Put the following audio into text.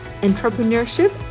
entrepreneurship